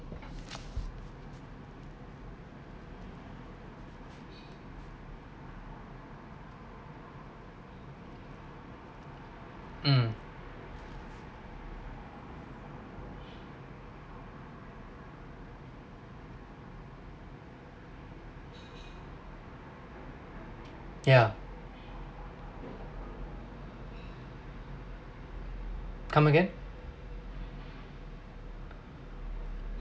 mm yeah come again